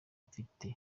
mfite